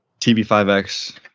TB5X